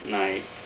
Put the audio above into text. night